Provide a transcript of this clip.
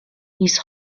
his